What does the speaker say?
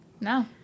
No